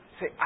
Say